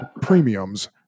premiums